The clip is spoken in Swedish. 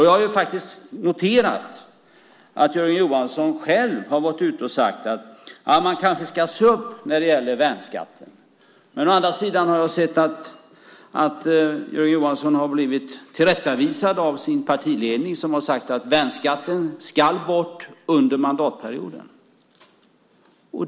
Jag har faktiskt noterat att Jörgen Johansson själv har gått ut och sagt att man kanske ska se upp när det gäller värnskatten, men jag har också sett att Jörgen Johansson har blivit tillrättavisad av sin partiledning, som har sagt att värnskatten ska bort under mandatperioden.